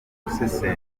gusesengura